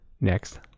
next